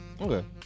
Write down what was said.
okay